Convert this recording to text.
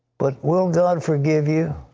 but will god forgive you?